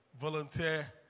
volunteer